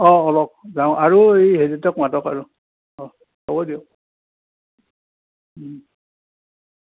অ ব'লক যাওঁ আৰু এই হেৰিহঁতক মাতক আৰু অ হ'ব দিয়ক